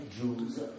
Jews